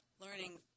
Learning